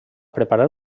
preparar